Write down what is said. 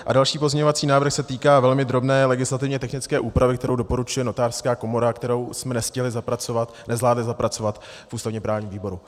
A další pozměňovací návrh se týká velmi drobné legislativně technické úpravy, kterou doporučuje Notářská komora a kterou jsme nestihli zapracovat, nezvládli zapracovat v ústavněprávním výboru.